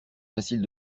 facile